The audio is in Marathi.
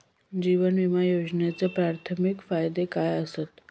जीवन विमा योजनेचे प्राथमिक फायदे काय आसत?